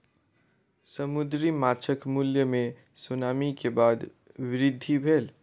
समुद्री माँछक मूल्य मे सुनामी के बाद वृद्धि भेल